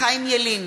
חיים ילין,